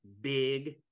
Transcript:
big